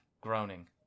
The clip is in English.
groaning